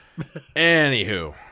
Anywho